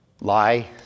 lie